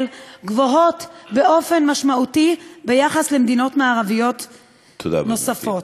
גבוהות באופן משמעותי ביחס למדינות מערביות נוספות.